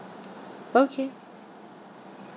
okay